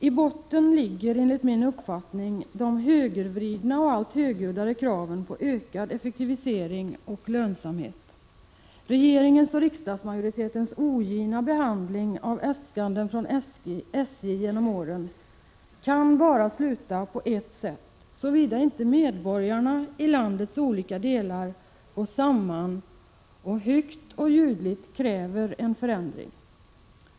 I botten ligger enligt min uppfattning de högervridna och allt högljuddare kraven på ökad ”effektivisering” och ”lönsamhet”. Regeringens och riksdagsmajoritetens ogina behandling av SJ:s äskanden genom åren kan bara sluta på ett sätt, såvida inte medborgarna i landets olika delar går samman och högt och ljudligt kräver en förändring.